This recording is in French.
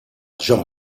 jean